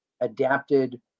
adapted